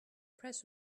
press